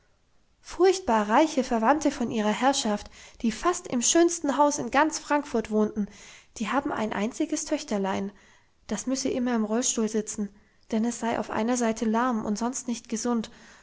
furchtbar reiche verwandte von ihrer herrschaft die fast im schönsten haus in ganz frankfurt wohnen die haben ein einziges töchterlein das müsse immer im rollstuhl sitzen denn es sei auf einer seite lahm und sonst nicht gesund